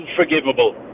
unforgivable